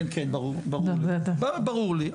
ברור לי.